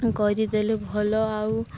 କରିଦେଲେ ଭଲ ଆଉ